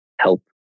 help